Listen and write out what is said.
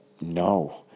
no